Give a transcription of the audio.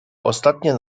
ostatnie